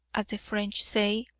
as the french say,